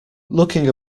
looking